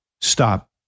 stop